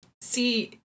see